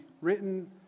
written